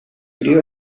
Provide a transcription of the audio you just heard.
crio